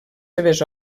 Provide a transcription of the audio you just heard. seves